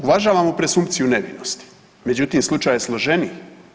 Uvažavamo presumpciju nevinosti međutim slučaj je složeniji.